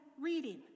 reading